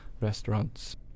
restaurants